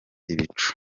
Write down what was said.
ibicu